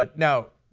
but now,